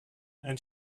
and